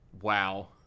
wow